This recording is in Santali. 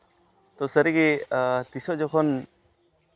ᱛᱚ ᱥᱟᱹᱨᱤᱜᱮ ᱛᱤᱥᱦᱚᱸ ᱡᱚᱠᱷᱚᱱ